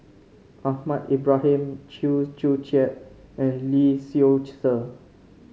Ahmad Ibrahim Chew Joo Chiat and Lee Seow Ser